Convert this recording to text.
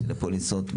משנה פוליסות?